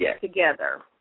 together